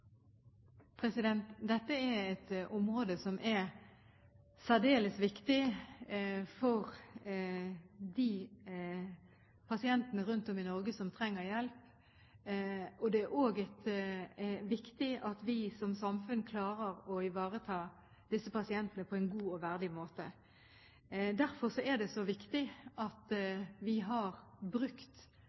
et område som er særdeles viktig for de pasientene rundt om i Norge som trenger hjelp, og det er også viktig at vi som samfunn klarer å ivareta disse pasientene på en god og verdig måte. Derfor er det så viktig at vi har brukt